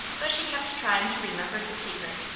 but she kept trying to remember the secret.